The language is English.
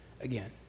again